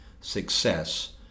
success